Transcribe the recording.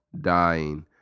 dying